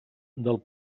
del